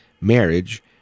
marriage